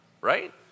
right